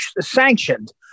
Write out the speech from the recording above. sanctioned